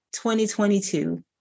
2022